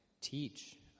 teach